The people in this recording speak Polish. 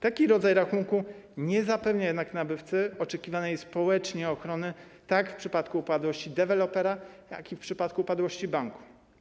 Taki rodzaj rachunku nie zapewnia jednak nabywcy oczekiwanej społecznie ochrony zarówno w przypadku upadłości dewelopera, jak i w przypadku upadłości banku.